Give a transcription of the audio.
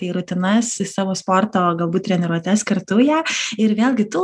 į rutinas į savo sporto galbūt treniruotes kartu ją ir vėlgi tu